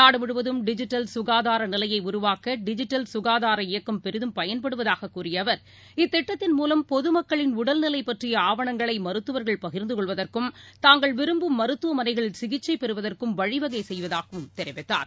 நாடுமுழுவதும் டிஜிட்டல் சுகாதார நிலையை உருவாக்க டிஜிட்டல் சுகாதார இயக்கம் பெரிதும் பயன்படுவதாக கூறிய அவர் இத்திட்டத்தின் மூலம் பொதுமக்களின் உடல்நிலை பற்றிய ஆவணங்களை மருத்துவர்கள் பகிர்ந்து கொள்வதற்கும் தாங்கள் விரும்பும் மருத்துவமனைகளில் சிகிச்சை பெறுவதற்கும் வழிவகை செய்வதாகவும் தெரிவித்தார்